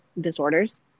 disorders